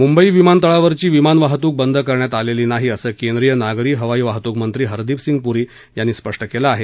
मुंबई विमानतळावरची विमानवाहतूक बंद करण्यात आलेली नाही असं केंद्रीय नागरी हवाई वाहतूक मंत्री हरदीप सिंग पूरी यांनी स्पष्ट केलं आहे